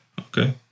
Okay